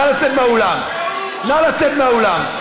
נא לצאת מהאולם.